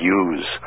use